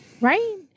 Right